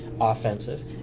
Offensive